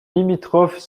limitrophes